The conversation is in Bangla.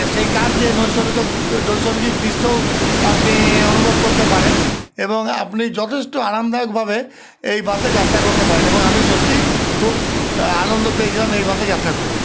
সেই কাঁচ দিয়ে নৈসর্গক নৈসর্গিক দৃশ্যও আপনি অনুভব করতে পারেন এবং আপনি যথেষ্ট আরামদায়কভাবে এই বাসে যাত্রা করতে পারেন এবং আমি সত্যিই খুব আনন্দ পেয়েছিলাম এই বাসে যাত্রা করে